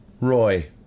Roy